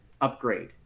upgrade